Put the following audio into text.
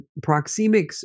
Proxemics